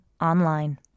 Online